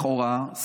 לכאורה,